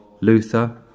luther